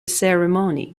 ceremony